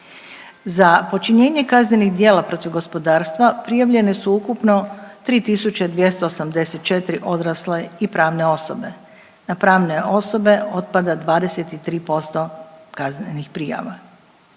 Za počinjenje kaznenih djela protiv gospodarstva prijavljene su ukupno 3.284 odrasle i pravne osobe, na pravne osobe otpada 23% kaznenih prijava.